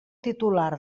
titular